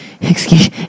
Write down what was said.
Excuse